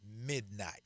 midnight